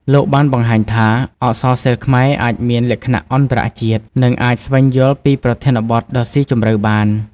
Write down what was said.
លោកបានបង្ហាញថា អក្សរសិល្ប៍ខ្មែរអាចមានលក្ខណៈអន្តរជាតិ និងអាចស្វែងយល់ពីប្រធានបទដ៏ស៊ីជម្រៅបាន។